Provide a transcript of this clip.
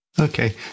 Okay